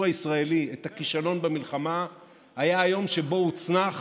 הישראלי את הכישלון במלחמה היה היום שבו הוצנח